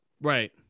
right